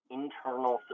internal